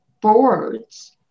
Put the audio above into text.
boards